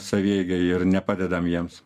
savieigai ir nepadedam jiems